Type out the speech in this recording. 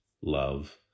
love